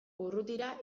urrutira